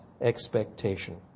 expectation